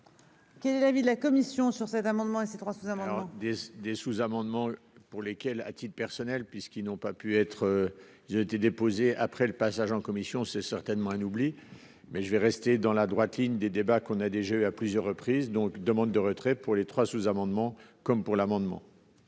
Quel est l'avis de la commission sur cet amendement, ces trois sous-. Des des sous-amendements pour lesquelles à titre personnel puisqu'ils n'ont pas pu être il été déposée après le passage en commission. C'est certainement un oubli mais je vais rester dans la droite ligne des débats qu'on a déjà eu à plusieurs reprises donc demande de retrait pour les trois sous-amendements comme pour l'amendement.--